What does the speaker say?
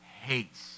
hates